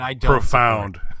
profound